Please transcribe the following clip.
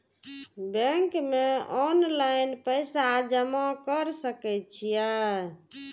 Bank में online पैसा जमा कर सके छीये?